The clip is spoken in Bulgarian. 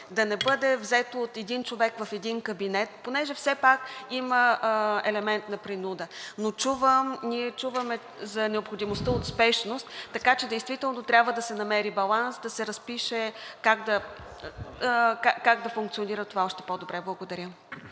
да не бъде взето от един човек в един кабинет, понеже все пак има елемент на принуда, но чувам, ние чуваме за необходимостта от спешност, така че действително трябва да се намери баланс, да се разпише как да функционира това още по-добре. Благодаря.